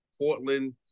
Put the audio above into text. Portland